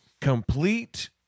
complete